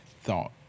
thought